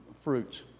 fruits